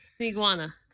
iguana